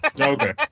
Okay